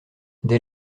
des